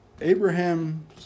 Abraham